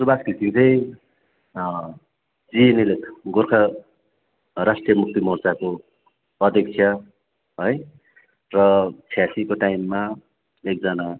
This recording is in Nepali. सुवास घिसिङ चाहिँ जिएनएलएफ गोर्खा राष्ट्रिय मुक्ति मोर्चाको अध्यक्ष है र छयासीको टाइममा एकजना